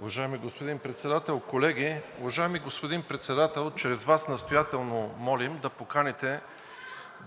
Уважаеми господин Председател, колеги! Уважаеми господин Председател, чрез Вас настоятелно молим да поканите